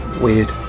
weird